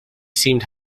seems